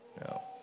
No